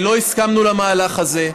לא הסכמנו למהלך הזה,